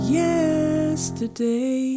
yesterday